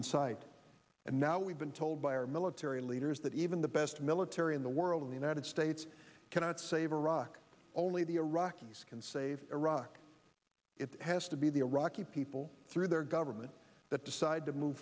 sight and now we've been told by our military leaders that even the best military in the world of the united states cannot save iraq only the iraqis can save iraq it has to be the iraqi people through their government that decide to move